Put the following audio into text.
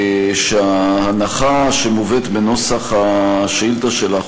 שההנחה שמובאת בנוסח השאילתה שלך,